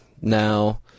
Now